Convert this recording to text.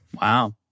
Wow